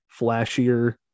flashier